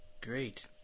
great